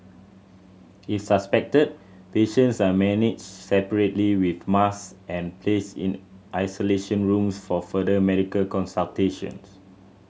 if suspected patients are managed separately with masks and placed in isolation rooms for further medical consultation